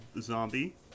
zombie